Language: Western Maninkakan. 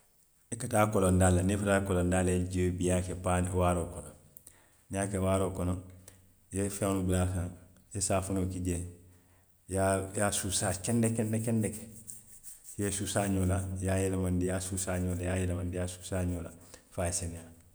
I ka taa kolondaa le la niŋ i futata kolondaa la, i ye jio bii i ye a ke paanoo waaroo kono, niŋ i ye a ke waaroo kono, i ye feŋolu bula a kaŋ, i ye saafunoo ki jee, i ye a, i ye a suusaa kende kende kendeke, i ye i suusaa ñoo la, i ye a yelemandi i ye a suusaa ñoo la, i ye a yelemandi i ye a suusaa ñoo la fo a ye seneyaa